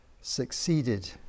succeeded